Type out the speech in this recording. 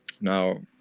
now